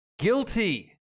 Guilty